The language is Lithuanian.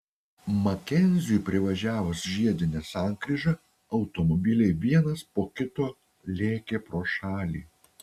makenziui privažiavus žiedinę sankryžą automobiliai vienas po kito lėkė pro šalį